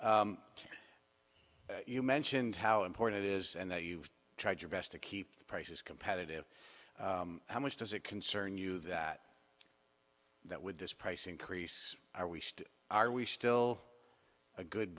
you mentioned how important it is and that you've tried your best to keep the prices competitive how much does it concern you that that with this price increase are we still are we still a good